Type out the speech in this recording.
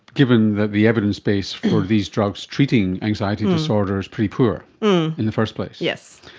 given that the evidence base for these drugs treating anxiety disorder is pretty poor in the first place. yes.